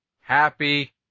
Happy